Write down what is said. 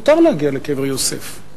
מותר להגיע לקבר יוסף,